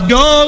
go